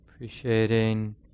appreciating